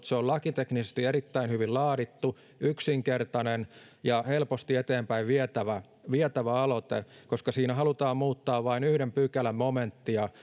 se on lakiteknisesti erittäin hyvin laadittu yksinkertainen ja helposti eteenpäin vietävä vietävä aloite koska siinä halutaan muuttaa vain yhden pykälän momenttia